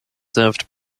served